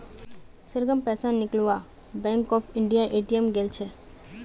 सरगम पैसा निकलवा बैंक ऑफ इंडियार ए.टी.एम गेल छ